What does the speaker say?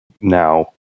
now